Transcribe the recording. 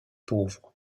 pauvre